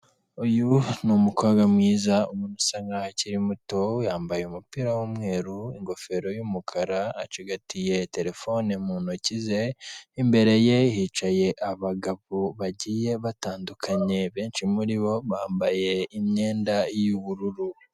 Uyu n'umukobwa mwiza ubona usa nkaho akiri muto, yambaye umupiri w'umweru, ingofero y'umukara, acigatiye telefone mu ntoki ze. Imbere ye hicaye abagabo bagiye batandukanye, benshi muri bo bambaye imyenda y'ubururu.